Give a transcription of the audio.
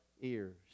ears